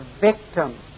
victim